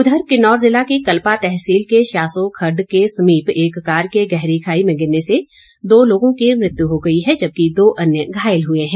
उधर किन्नौर जिला की कल्पा तहसील के शयासो खड्ड के समीप एक कार के गहरी खाई में गिरने से दो लोगों की मृत्यु हो गई है जबकि दो अन्य घायल हुए हैं